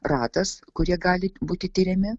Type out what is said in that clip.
ratas kurie gali būti tiriami